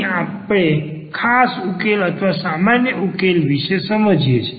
અહીં આપણે ખાસ ઉકેલ અથવા સામાન્ય ઉકેલ વિશે સમજીએ છે